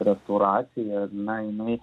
restauracija na jinai